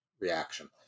reaction